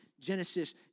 Genesis